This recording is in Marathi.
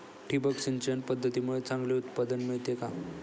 ठिबक सिंचन पद्धतीमुळे चांगले उत्पादन मिळते का?